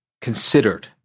considered